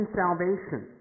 salvation